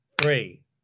three